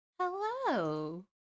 Hello